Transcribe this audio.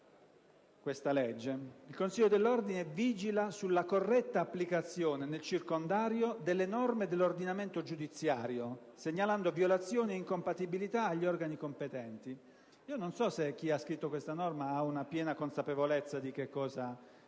del consiglio, tale organo «vigila sulla corretta applicazione, nel circondario, delle norme dell'ordinamento giudiziario segnalando violazioni ed incompatibilità agli organi competenti». Non so se chi ha scritto questa norma avesse piena consapevolezza del suo significato,